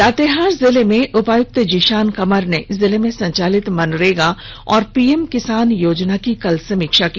लातेहार जिले के उपायुक्त जिशान कमर ने जिले में संचालित मनरेगा एवं पीएम किसान योजना की कल समीक्षा की